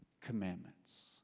commandments